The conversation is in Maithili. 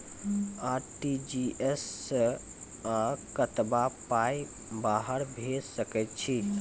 आर.टी.जी.एस सअ कतबा पाय बाहर भेज सकैत छी?